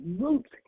roots